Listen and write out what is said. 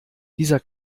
dieser